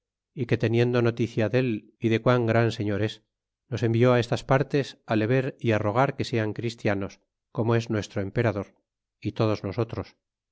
é que teniendo noticia del y de quan gran señor es nos envió á estas partes le ver rogar que sean christianos como es nuestro emperador é todos nosotros